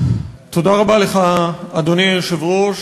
אדוני היושב-ראש,